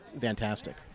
fantastic